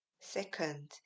Second